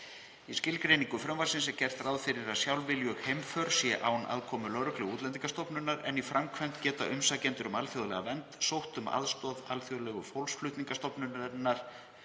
Í skilgreiningu frumvarpsins er gert ráð fyrir að sjálfviljug heimför sé án aðkomu lögreglu og Útlendingastofnunar en í framkvæmd geta umsækjendur um alþjóðlega vernd sótt um aðstoð Alþjóðlegu fólksflutningastofnunarinnar